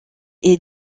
est